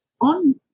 on